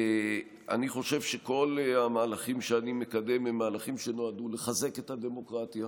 אני חושב שכל המהלכים שאני מקדם הם מהלכים שנועדו לחזק את הדמוקרטיה,